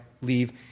leave